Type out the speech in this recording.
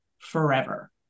Forever